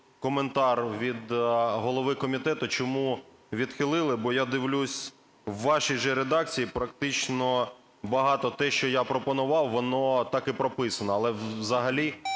коментар від голови комітету, чому відхилили, бо я дивлюсь, в вашій же редакції практично багато те, що я пропонував, воно так і прописано. Але взагалі